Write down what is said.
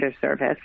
service